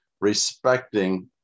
respecting